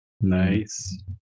nice